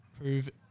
prove